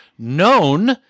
Known